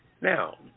Now